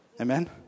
Amen